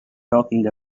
talking